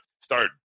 start